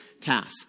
task